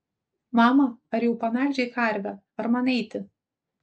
mama ar jau pamelžei karvę ar man eiti